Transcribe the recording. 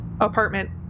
apartment